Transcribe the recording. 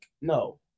No